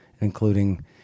including